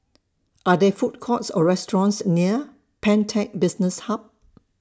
Are There Food Courts Or restaurants near Pantech Business Hub